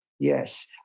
Yes